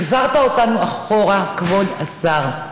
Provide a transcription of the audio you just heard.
החזרת אותנו אחורה, כבוד השר.